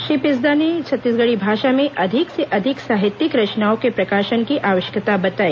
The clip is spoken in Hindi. श्री पिस्दा ने छत्तीसगढ़ी भाषा में अधिक से अधिक साहित्यिक रचनाओं के प्रकाशन की आवश्यकता बताई